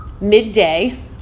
midday